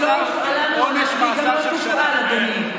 היא לא הופעלה מעולם, והיא גם לא תופעל, אדוני.